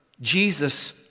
Jesus